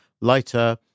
lighter